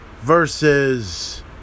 versus